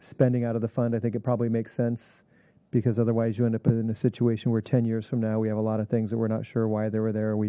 spending out of the fund i think it probably makes sense because otherwise you end up in a situation where ten years from now we have a lot of things that we're not sure why they were there we